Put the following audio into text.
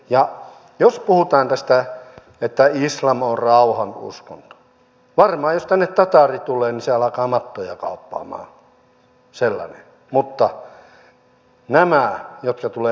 ja jos puhutaan tästä että islamorauhan uskali omaisten tahtoo tulleensa islam on rauhanuskonto varmaan jos tänne tataari tulee